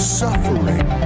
suffering